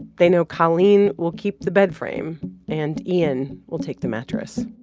they know colleen will keep the bedframe and ian will take the mattress